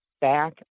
back